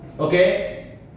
Okay